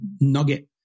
nugget